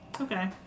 Okay